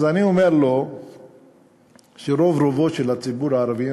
אז אני אומר לו שרוב רובו של הציבור הערבי,